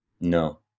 no